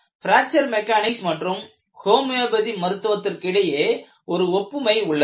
fracture mechanics மற்றும் homeopathy மருத்துவத்திற்கு இடையே ஒரு ஒப்புமை உள்ளது